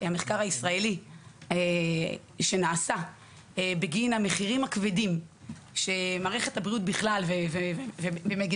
המחקר הישראלי שנעשה בגין המחירים הכבדים שמערכת הבריאות בכלל ובמדינת